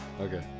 Okay